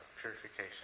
purification